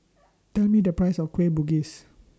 Tell Me The Price of Kueh Bugis